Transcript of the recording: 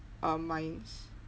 um my